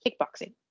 kickboxing